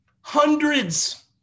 hundreds